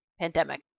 pandemic